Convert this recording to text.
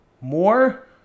More